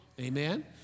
Amen